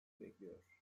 bekliyor